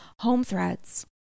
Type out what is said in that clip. HomeThreads